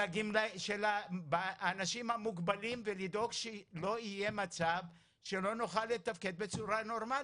של האנשים המוגבלים ולדאוג שלא יהיה מצב שלא נוכל לתפקד בצורה נורמלית,